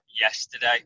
yesterday